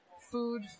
food